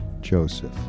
Joseph